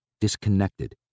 disconnected